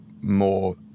more